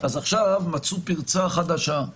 עכשיו מצאו פרצה חדשה: